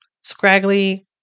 scraggly